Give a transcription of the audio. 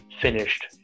finished